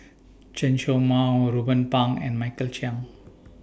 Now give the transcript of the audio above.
Chen Show Mao Ruben Pang and Michael Chiang